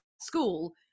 school